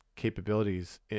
capabilities